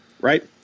right